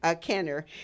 Kenner